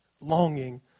longing